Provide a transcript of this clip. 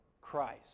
Christ